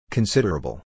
Considerable